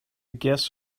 guests